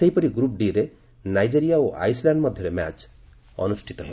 ସେହିପରି group D ରେ Nigeria ଓ ଆଇସ୍ଲ୍ୟାଣ୍ଡ ମଧ୍ୟରେ ମ୍ୟାଚ୍ ଅନୁଷ୍ଠିତ ହେବ